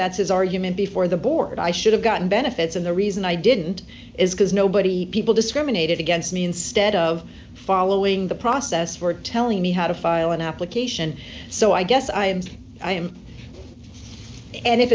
that's his argument before the board i should have gotten benefits and the reason i didn't is because nobody people discriminated against me instead of following the process for telling me how to file an application so i guess i am i am and if